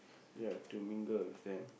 ya to mingle with them